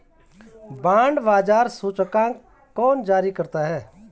Bond बाजार सूचकांक कौन जारी करता है?